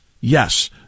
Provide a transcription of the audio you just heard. Yes